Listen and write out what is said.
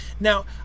Now